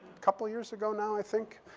couple years ago now, i think.